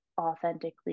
authentically